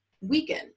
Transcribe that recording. weaken